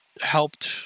helped